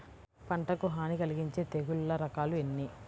పంటకు హాని కలిగించే తెగుళ్ళ రకాలు ఎన్ని?